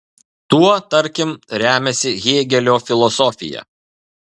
tuo tarkim remiasi hėgelio filosofija